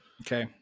Okay